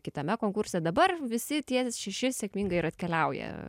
kitame konkurse dabar visi tie šeši sėkmingai ir atkeliauja